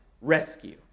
rescue